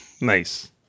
Nice